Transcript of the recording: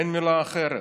אין מילה אחרת.